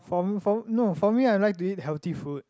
for for no for me I like to eat healthy food